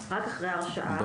רק אחרי הרשעה.